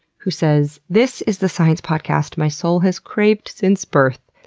who says this is the science podcast my soul has craved since birth.